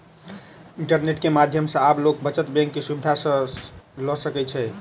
internet के माध्यम सॅ आब लोक बचत बैंक के सुविधा ल सकै छै